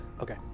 Okay